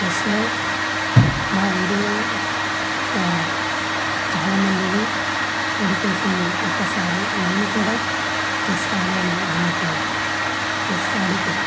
చెస్లో మా ఊరిలో చాలా మందిని ఓడించింది ఒకసారి నేను కూడా చెస్ ఆడాను ఆమెతోటి చెస్ ఆడితే